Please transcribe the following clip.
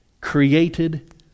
created